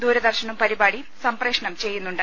ദൂരദർശനും പരിപാടി സംപ്രേഷണം ചെയ്യുന്നുണ്ട്